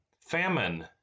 Famine